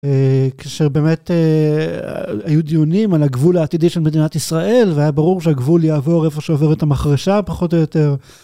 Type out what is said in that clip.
כשבאמת היו דיונים על הגבול העתידי של מדינת ישראל והיה ברור שהגבול יעבור איפה שעוברת המחרשה פחות או יותר.